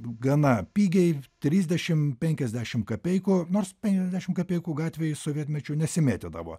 gana pigiai trisdešimt penkiasdešimt kapeikų nors penkiasdešimt kapeikų gatvėje sovietmečiu nesimėtydavo